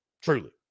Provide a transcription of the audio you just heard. truly